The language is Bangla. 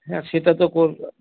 হ্যাঁ সেটা তো কর